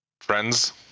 Friends